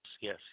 yes